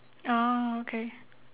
orh okay